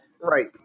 Right